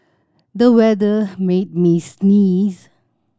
the weather made me sneeze